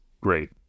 Great